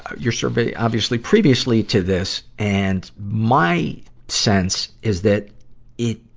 your survey, obviously, previously to this, and my sense is that it,